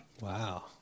Wow